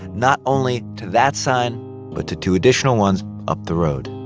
not only to that sign but to two additional ones up the road